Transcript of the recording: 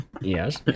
Yes